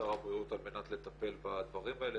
לשר הבריאות על מנת לטפל בדברים האלה.